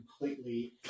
completely